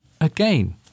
Again